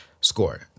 score